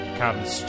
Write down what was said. comes